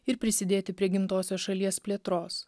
ir prisidėti prie gimtosios šalies plėtros